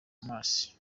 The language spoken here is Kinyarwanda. mars